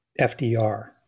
FDR